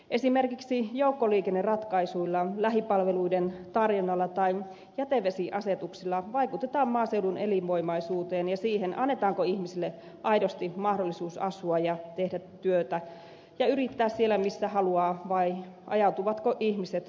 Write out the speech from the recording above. esimerkiksi joukkoliikenneratkaisuilla lähipalveluiden tarjonnalla tai jätevesiasetuksilla vaikutetaan maaseudun elinvoimaisuuteen ja siihen annetaanko ihmisille aidosti mahdollisuus asua ja tehdä työtä ja yrittää siellä missä haluaa vai ajautuvatko ihmiset kasvukeskuksiin